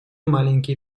маленький